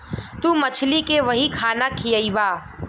तू मछली के वही खाना खियइबा